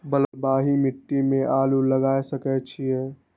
बलवाही मिट्टी में आलू लागय सके छीये?